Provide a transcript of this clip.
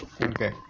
Okay